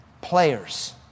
players